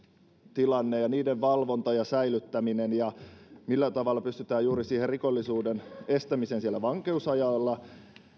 tilanne ja niiden valvonta ja säilyttäminen millä tavalla pystytään rikollisuuden estämiseen vankeusajalla